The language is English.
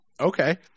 Okay